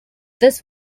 this